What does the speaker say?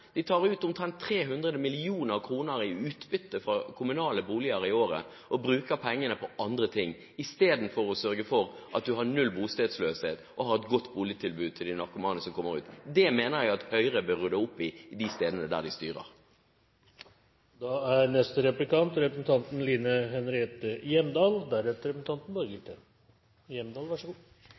de tar ut omtrent 300 mill. kr i utbytte fra kommunale boliger i året og bruker pengene på andre ting, istedenfor å sørge for at man har null bostedsløshet og har et godt boligtilbud til de narkomane som kommer ut. Det mener jeg at Høyre bør rydde opp i på de stedene der de styrer. «Vi får håpe at vi er ute i tide», avsluttet representanten